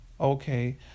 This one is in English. okay